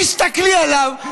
תסתכלי עליו,